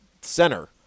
center